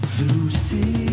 Lucy